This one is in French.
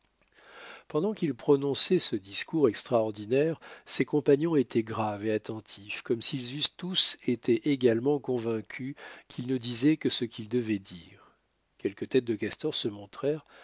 pendant qu'il prononçait ce discours extraordinaire ses compagnons étaient graves et attentifs comme s'ils eussent tous été également convaincus qu'il ne disait que ce qu'il devait dire quelques têtes de castors se